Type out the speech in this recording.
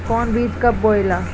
कौन बीज कब बोआला?